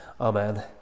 Amen